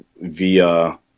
Via